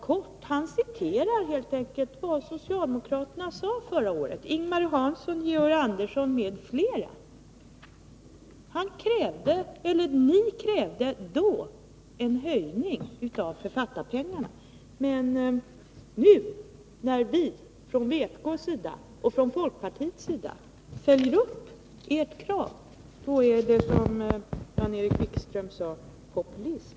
Per Kågeson citerar helt enkelt vad socialdemokraterna sade förra året— det var Ing-Marie Hansson, Georg Andersson m.fl. Ni krävde då en ökning av författarpengarna. Men nu, när vi från vpk:s och folkpartiets sida följer upp ert krav, är det, som Jan-Erik Wikström sade, populism.